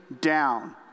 down